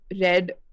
read